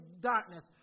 darkness